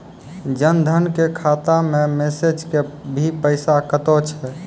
जन धन के खाता मैं मैसेज के भी पैसा कतो छ?